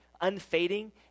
unfading